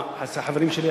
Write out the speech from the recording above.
החברים שלי,